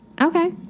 Okay